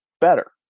better